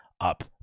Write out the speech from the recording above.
up